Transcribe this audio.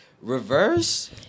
reverse